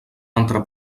entre